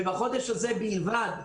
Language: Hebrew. בחודש הזה בלבד,